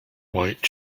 white